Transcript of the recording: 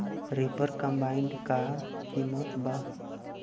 Reaper combiner का किमत बा?